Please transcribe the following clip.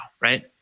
right